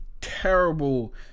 terrible